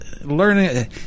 learning